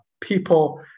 people